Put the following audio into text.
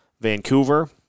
Vancouver